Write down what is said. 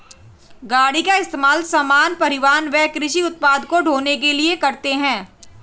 गाड़ी का इस्तेमाल सामान, परिवहन व कृषि उत्पाद को ढ़ोने के लिए करते है